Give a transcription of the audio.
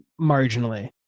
marginally